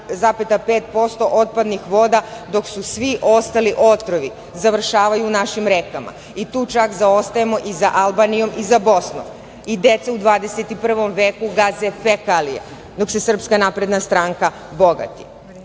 13,5% otpadnih voda, dok svi ostali otrovi završavaju u našim rekama, i tu čak zaostajemo i za Albanijom i za Bosnom i deca u 21. veku gaze fekalije, dok se SNS bogati.